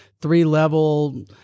three-level